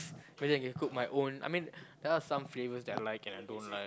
maybe that I can cook my own I mean there are some flavour they are like but I don't like